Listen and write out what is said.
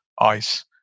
ice